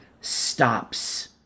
stops